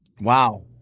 Wow